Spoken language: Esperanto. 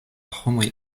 homoj